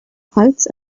parts